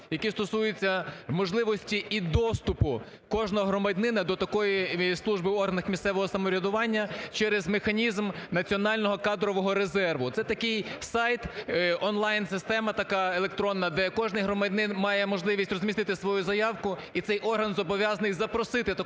які стосуються можливості і доступу кожного громадянина до такої служби в органах місцевого самоврядування через механізм національного кадрового резерву. Це такий сайт, онлайн система така електронна, де кожний громадянин має можливість розмістити свою заявку і цей орган зобов'язаний запросити такого